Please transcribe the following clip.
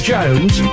Jones